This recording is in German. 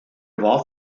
war